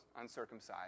uncircumcised